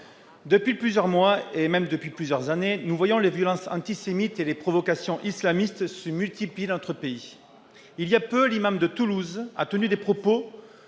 Depuis plusieurs mois et même depuis plusieurs années, les violences antisémites et les provocations islamistes se multiplient dans notre pays. L'imam de Toulouse a récemment tenu des propos